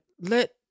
let